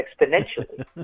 exponentially